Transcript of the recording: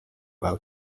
while